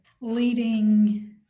leading